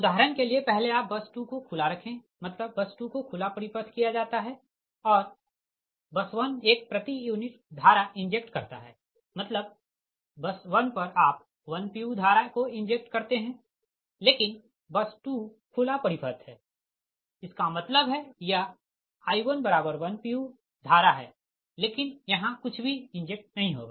उदाहरण के लिए पहले आप बस 2 को खुला रखे मतलब बस 2 को खुला परिपथ किया जाता है और बस 1 एक प्रति यूनिट धारा इंजेक्ट करता है मतलब बस 1 पर आप 1 pu धारा को इंजेक्ट करते है लेकिन बस 2 खुला परिपथ है इसका मतलब है यह I11 pu धारा है लेकिन यहाँ कुछ भी इंजेक्ट नहीं होगा